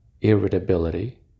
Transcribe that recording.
irritability